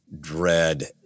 dread